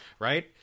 right